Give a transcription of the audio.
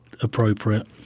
appropriate